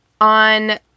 on